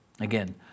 Again